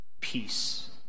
Peace